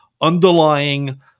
underlying